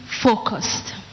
focused